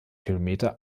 kilometer